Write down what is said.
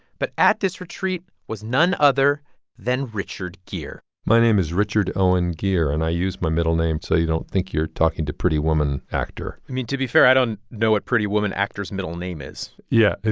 but at this retreat was none other than richard geer my name is richard owen geer, and i use my middle name so you don't think you're talking to pretty woman actor i mean, to be fair, i don't know what pretty woman actor's middle name is yeah.